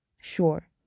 sure